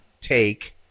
take